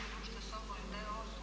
Hvala vam